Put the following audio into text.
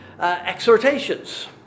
exhortations